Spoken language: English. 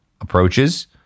approaches